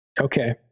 Okay